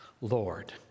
Lord